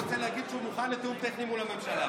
הוא רוצה להגיד שהוא מוכן לתיאום טכני מול הממשלה,